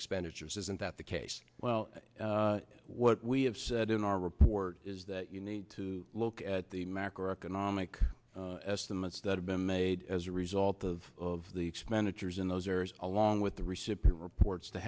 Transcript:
expenditures isn't that the case well what we have said in our report is that you need to look at the macroeconomic estimates that have been made as a result of the expenditures in those areas along with the recipient reports to